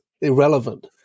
Irrelevant